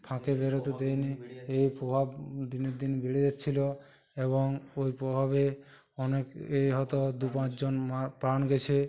ফাঁকে বেরোতে দেয়নি এই প্রভাব দিনের দিন বেড়ে যাচ্ছিল এবং ওই প্রভাবে অনেক এ হতো দু পাঁচ জন মা প্রাণ গিয়েছে